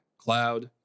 cloud